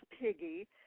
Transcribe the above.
Piggy